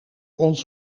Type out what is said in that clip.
ons